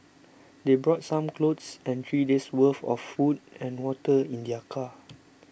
they brought some clothes and three days' worth of food and water in their car